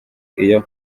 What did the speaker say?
iyo